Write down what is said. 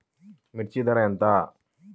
మిర్చి ధర ఎంత?